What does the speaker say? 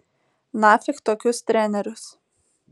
nafik tokius trenerius